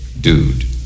dude